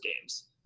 games